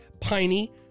piney